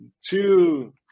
two